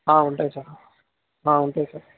ఉంటాయి సార్ ఉంటాయి సార్